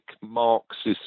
Marxist